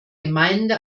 gemeinde